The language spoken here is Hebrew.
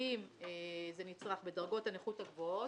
אם זה נצרך בדרגות הנכות הגבוהות,